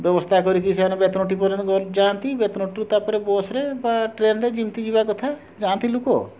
ବ୍ୟବସ୍ଥା କରିକି ସେମାନେ ବେତନଟୀ ପର୍ଯ୍ୟନ୍ତ ଗ ଯାଆନ୍ତି ବେତନଟୀରୁ ତାପରେ ବସ୍ରେ ବା ଟ୍ରେନ୍ରେ ଯେମତି ଯିବା କଥା ଯାଆନ୍ତି ଲୁକ